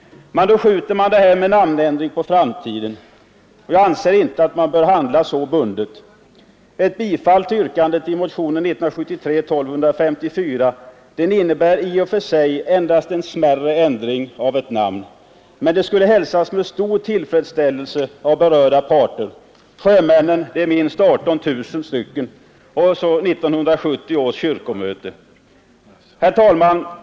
Men då skjuter man namnändringen på framtiden, och jag anser inte att man bör handla så bundet. Ett bifall till yrkandet i motionen 1254 innebär i och för sig endast en smärre ändring av ett namn. Men det skulle hälsas med stor tillfredsställelse av berörda parter: sjömännen — minst 18 000 — och 1970 års kyrkomöte. Herr talman!